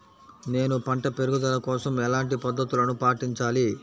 నేను పంట పెరుగుదల కోసం ఎలాంటి పద్దతులను పాటించాలి?